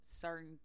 certain